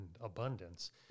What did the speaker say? abundance